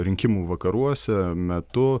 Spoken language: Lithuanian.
rinkimų vakaruose metu